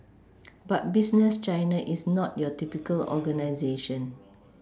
but business China is not your typical organisation